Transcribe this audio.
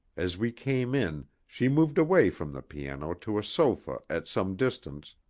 as we came in, she moved away from the piano to a sofa at some distance,